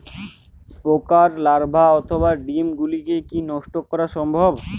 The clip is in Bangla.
পোকার লার্ভা অথবা ডিম গুলিকে কী নষ্ট করা সম্ভব?